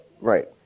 right